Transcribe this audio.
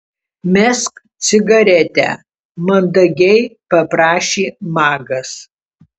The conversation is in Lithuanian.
mesk cigaretę mandagiai paprašė magas